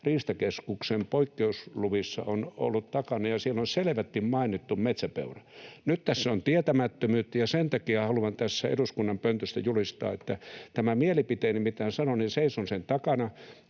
Riistakeskuksen poikkeusluvissa on ollut takana, ja siellä on selvästi mainittu metsäpeura. Nyt tässä on tietämättömyyttä, ja sen takia haluan tässä eduskunnan pöntöstä julistaa, että seison tämän mielipiteeni takana, mitä sanon. Ja